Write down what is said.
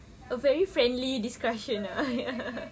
a very friendly discussion ah